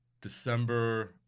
december